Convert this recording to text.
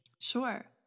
Sure